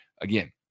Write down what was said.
Again